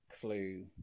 clue